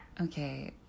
Okay